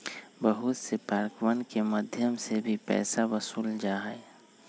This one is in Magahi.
बहुत से पार्कवन के मध्यम से भी पैसा वसूल्ल जाहई